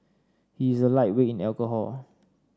he is a lightweight in alcohol